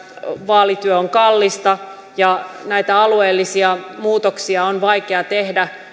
vaalityö on kallista ja näitä alueellisia muutoksia on vaikea tehdä